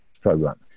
program